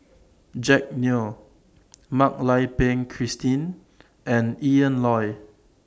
Jack Neo Mak Lai Peng Christine and Ian Loy